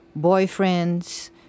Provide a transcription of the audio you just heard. boyfriends